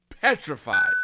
petrified